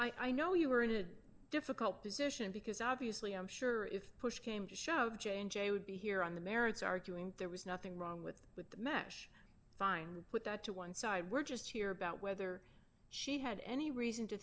and i know you are in a difficult position because obviously i'm sure if push came to shove j and j would be here on the merits arguing there was nothing wrong with the mash fine put that to one side we're just here about whether she had any reason to